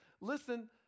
Listen